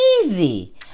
easy